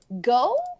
go